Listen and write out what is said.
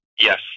Yes